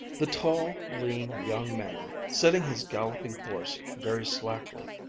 the tall, lean young man, sitting his galloping horse very slackly,